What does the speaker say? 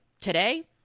today